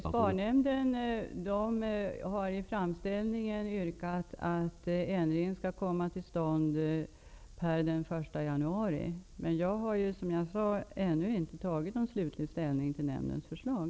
Herr talman! SPAR-nämnden har i framställningen yrkat att ändringen skall komma till stånd per den 1 januari. Jag har, som jag sade, ännu inte tagit slutlig ställning till nämndens förslag.